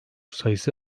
sayısı